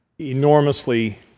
enormously